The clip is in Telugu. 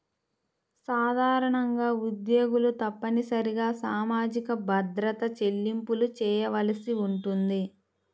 సాధారణంగా ఉద్యోగులు తప్పనిసరిగా సామాజిక భద్రత చెల్లింపులు చేయవలసి ఉంటుంది